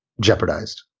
jeopardized